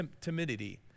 timidity